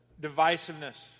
Divisiveness